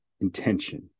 intention